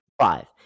five